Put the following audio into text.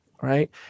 Right